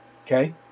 Okay